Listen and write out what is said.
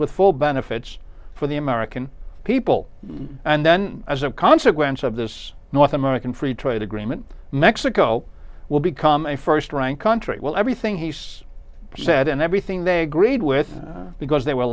with full benefits for the american people and then as a consequence of this north american free trade agreement mexico will become a st rank country well everything he's said and everything they agreed with because they were